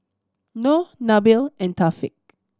Noh Nabil and Thaqif